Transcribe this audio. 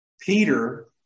Peter